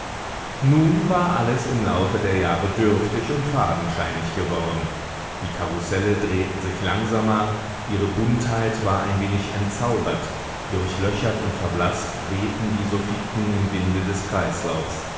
nur war alles im laufe der jahre dürftig und fadenscheinig geworden die karusselle drehten sich langsamer ihre buntheit war ein wenig entzaubert durchlöchert und verblaßt wehten die soffitten im winde des kreislaufs